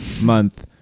month